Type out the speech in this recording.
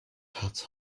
hat